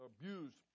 abused